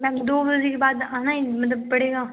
ma'am दो बजे के बाद आना ही मतलब पड़ेगा